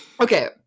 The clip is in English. Okay